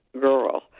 girl